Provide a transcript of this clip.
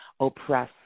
oppress